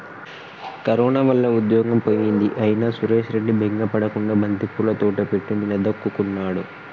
corona వల్ల ఉద్యోగం పోయింది అయినా సురేష్ రెడ్డి బెంగ పడకుండా బంతిపూల తోట పెట్టి నిలదొక్కుకున్నాడు